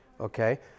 Okay